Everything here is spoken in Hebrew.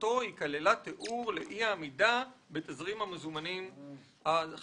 במסגרתו היא כללה תיאור לאי העמידה בתזרים המזומנים החזוי".